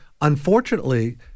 unfortunately